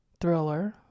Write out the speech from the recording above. thriller